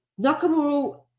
Nakamura